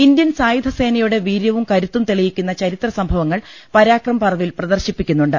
Indian സായുധ സേനയുടെ വീര്യവും കരുത്തും തെളിയിക്കുന്ന ചരിത്രസംഭവങ്ങൾ പരാക്രംപർവിൽ പ്രദർശിപ്പിക്കുന്നുണ്ട്